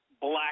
black